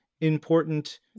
important